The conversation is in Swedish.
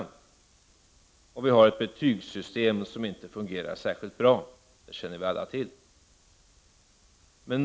Betygssystemet fungerar inte särskilt bra — det känner vi alla till.